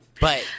But-